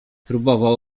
próbował